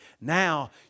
Now